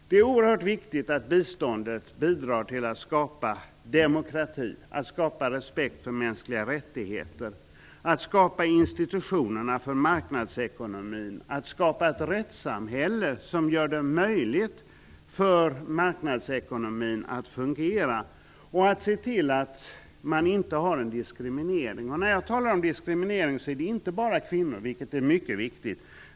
Det är oerhört viktigt att biståndet bidrar till att skapa demokrati och respekt för mänskliga rättigheter. Det bör bidra till att skapa institutioner för marknadsekonomin och ett rättssamhälle som gör det möjligt för marknadsekonomin att fungera. Man måste se till att diskriminering inte förekommer. När jag talar om diskriminering avser jag inte bara kvinnorna - detta är mycket viktigt.